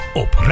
op